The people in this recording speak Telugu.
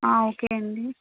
ఓకే అండి